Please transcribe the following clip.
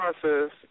process